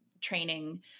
training